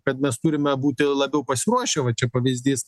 kad mes turime būti labiau pasiruošę va čia pavyzdys